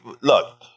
look